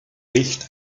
licht